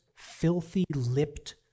filthy-lipped